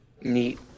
Neat